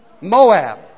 Moab